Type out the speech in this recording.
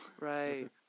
Right